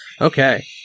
Okay